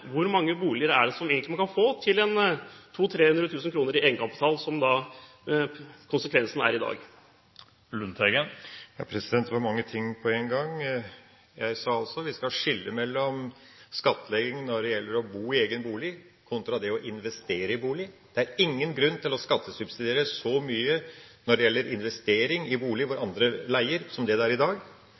hvor mange boliger er det man egentlig kan få med 200 000–300 000 kr i egenkapital, som konsekvensen er i dag? Det var mange ting på en gang. Jeg sa at vi skal skille mellom skattlegging når det gjelder å bo i egen bolig, kontra det å investere i bolig. Det er ingen grunn til å skattesubsidiere så mye når det gjelder investering i bolig som andre leier, som det som gjøres i dag.